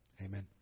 Amen